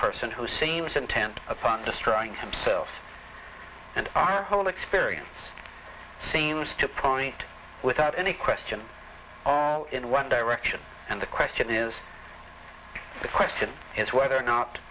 person who seems intent upon destroying himself and our whole experience seems to point without any question in one direction and the question is the question is whether or not